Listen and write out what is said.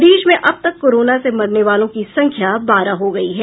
प्रदेश में अब तक कोरोना से मरने वालों की संख्या बारह हो गयी है